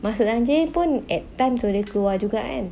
masukkan jail pun at times boleh keluar juga kan